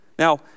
Now